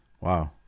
Wow